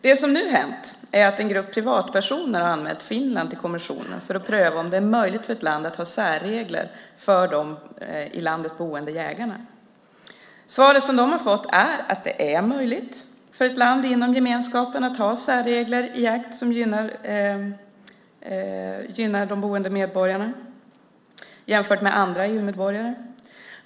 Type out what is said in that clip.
Det som nu har hänt är att en grupp privatpersoner har anmält Finland till kommissionen för att pröva om det är möjligt för ett land att ha särregler för de i landet boende jägarna. Svaret de har fått är att det är möjligt för ett land inom gemenskapen att ha särregler för jakt som gynnar de boende medborgarna jämfört med andra EU-medborgare.